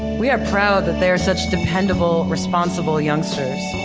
we are proud that they are such dependable, responsible youngsters.